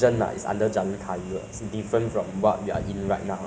so ang mo kio G_R_C currently got five members of parliament